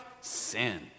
Sin